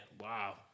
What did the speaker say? wow